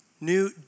new